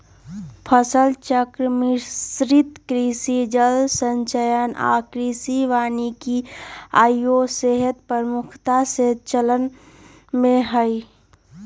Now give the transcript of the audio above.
फसल चक्र, मिश्रित कृषि, जल संचयन आऽ कृषि वानिकी आइयो सेहय प्रमुखता से चलन में हइ